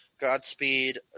Godspeed